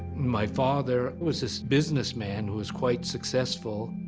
my father was this businessman who was quite successful,